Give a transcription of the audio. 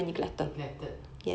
neglected